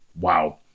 Wow